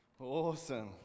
Awesome